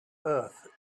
earth